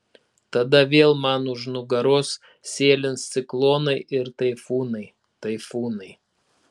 tada vėl man už nugaros sėlins ciklonai ir taifūnai taifūnai